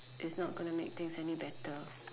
it's not going to make things any better